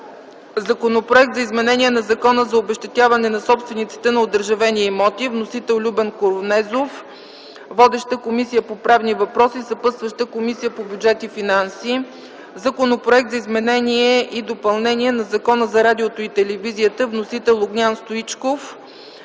Законопроект за изменение на Закона за обезщетяване на собствениците на одържавени имоти. Вносител – Любен Корнезов. Водеща е Комисията по правни въпроси. Съпътстваща е Комисията по бюджет и финанси. Законопроект за изменение и допълнение на Закона за радиото и телевизията. Вносител – Огнян Стоичков.